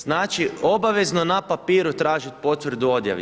Znači, obavezno na papiru tražit potvrdu o odjavi.